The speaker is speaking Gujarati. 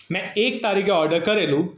મેં એક તારીખે ઓર્ડર કરેલું